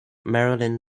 marilyn